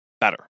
better